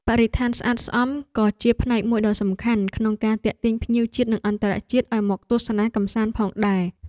បរិស្ថានស្អាតស្អំក៏ជាផ្នែកមួយដ៏សំខាន់ក្នុងការទាក់ទាញភ្ញៀវជាតិនិងអន្តរជាតិឱ្យមកទស្សនាកម្សាន្តផងដែរ។